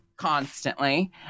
constantly